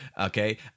okay